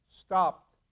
stopped